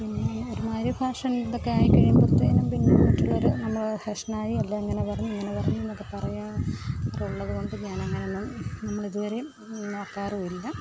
പിന്നെ ഒരുമാതിരി ഫാഷൻ ഇതൊക്കെ ആയി കഴിയുമ്പോഴത്തേനും പിന്നെ മറ്റുള്ളവർ നമ്മൾ ഫാഷനായി അല്ലെങ്കിൽ അങ്ങനെ പറഞ്ഞു ഇങ്ങനെ പറഞ്ഞുവെന്നൊക്കെ പറയാറുള്ളതുകൊണ്ട് ഞാനങ്ങനങ്ങനെയൊന്നും നമ്മളിതുവരേയും നോക്കാറുമില്ല